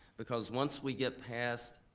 because once we get past,